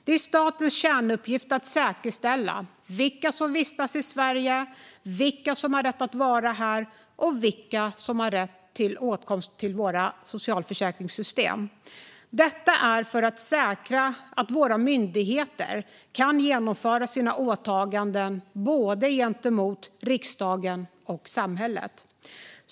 Det är statens kärnuppgift att säkerställa vilka som vistas i Sverige, vilka som har rätt att vara här och vilka som har rätt till åtkomst till våra socialförsäkringssystem. Detta är för att säkra att våra myndigheter kan fullgöra sina åtaganden gentemot både riksdagen och samhället.